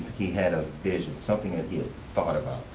he had a vision, something that he had thought about.